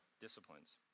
disciplines